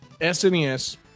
SNES